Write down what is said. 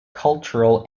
cultural